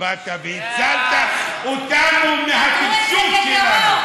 שבאת והצלת אותנו מהטמטום שלנו.